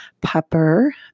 Pepper